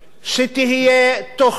שתהיה תוכנית